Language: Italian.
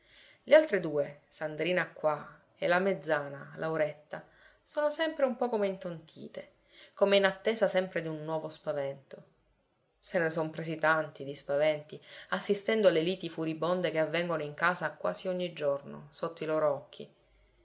le altre due sandrina qua e la mezzana lauretta sono sempre un po come intontite come in attesa sempre d'un nuovo spavento se ne son presi tanti di spaventi assistendo alle liti furibonde che avvengono in casa quasi ogni giorno sotto i loro occhi